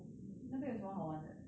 那边有什么好玩的